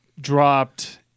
dropped